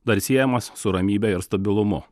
dar siejamas su ramybe ir stabilumu